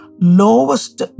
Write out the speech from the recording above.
lowest